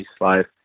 life